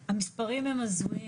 עם הסינוף של באר יעקב ונס ציונה,